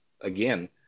again